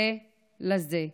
זה לזה.